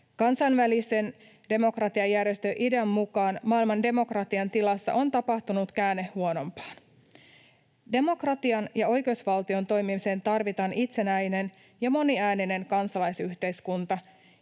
Kansainvälisen demokratiajärjestö IDEAn mukaan maailman demokratian tilassa on tapahtunut käänne huonompaan. Demokratian ja oikeusvaltion toimimiseen tarvitaan itsenäinen ja moniääninen kansalaisyhteiskunta,